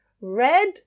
red